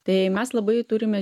tai mes labai turime